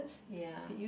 ya